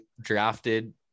drafted